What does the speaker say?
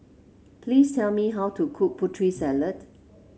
please tell me how to cook Putri Salad